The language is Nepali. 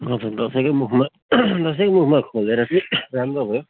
हजुर दसैँको मुखमा दसैँको मुखमा खोलेर चाहिँ राम्रो भयो